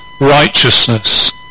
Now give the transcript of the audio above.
righteousness